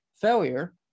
Failure